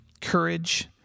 courage